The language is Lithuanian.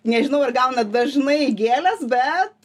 nežinau ar gaunat dažnai gėles bet